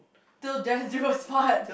till death do us apart